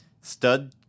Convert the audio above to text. stud